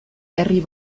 herri